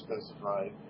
specified